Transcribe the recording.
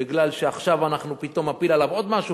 בגלל שעכשיו אנחנו פתאום נפיל עליו עוד משהו